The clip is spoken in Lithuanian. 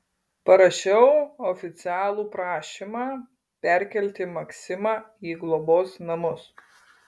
parašiau oficialų prašymą perkelti maksimą į globos namus